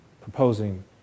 proposing